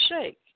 shake